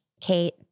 Kate